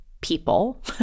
people